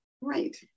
Right